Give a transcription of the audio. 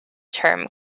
term